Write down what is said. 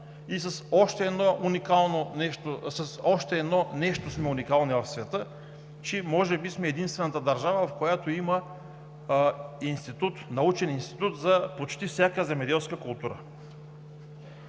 С още едно нещо сме уникални в света. Може би сме единствената държава, в която има научен институт за почти всяка земеделски култура.